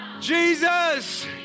Jesus